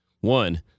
One